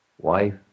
wife